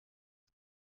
jag